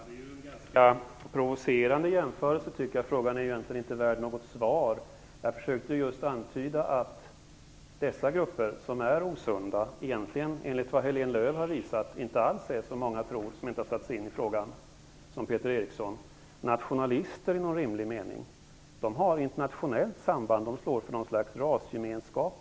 Fru talman! Jag tycker att det är en ganska provocerande jämförelse. Frågan är egentligen inte värd något svar. Jag försökte just antyda att dessa osunda grupper, enligt vad Heléne Lööw har visat, egentligen inte alls är nationalister, vilket många som inte har satt sig in i frågan - t.ex. Peter Eriksson - tror. De har internationellt samband. De står för något slags rasgemenskap.